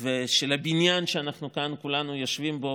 ושל הבניין שאנחנו כאן כולנו יושבים בו,